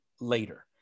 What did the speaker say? later